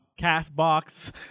Castbox